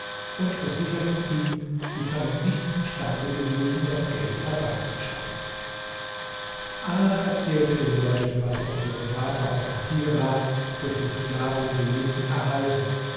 und versicherten ihn sie seien nicht imstande gewesen das geld herbeizuschaffen ala erzählte den leuten was er von seinem vater aus kahirah durch den sklaven selim erhalten